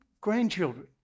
grandchildren